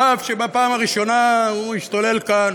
על אף שבפעם הראשונה הוא השתולל כאן